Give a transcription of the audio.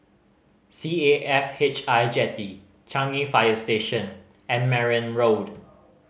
C A F H I Jetty Changi Fire Station and Merryn Road